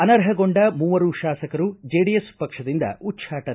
ಅನರ್ಹಗೊಂಡ ಮೂವರು ಶಾಸಕರು ಜೆಡಿಎಸ್ ಪಕ್ಷದಿಂದ ಉಚ್ಟಾಟನೆ